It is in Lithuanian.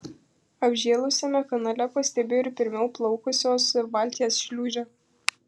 apžėlusiame kanale pastebėjo ir pirmiau plaukusios valties šliūžę